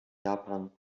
japan